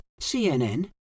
CNN